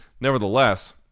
Nevertheless